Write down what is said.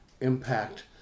impact